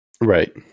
Right